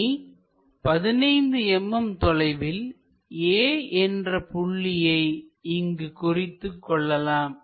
இனி 15 mm தொலைவில் a என்ற புள்ளியை இங்கு குறித்துக் கொள்ளலாம்